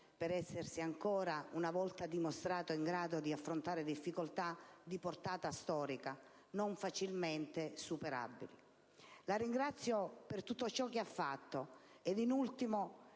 per essersi ancora una volta dimostrato in grado di affrontare difficoltà di portata storica non facilmente superabili. La ringrazio per tutto ciò che ha fatto e, in ultimo,